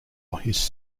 his